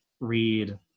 read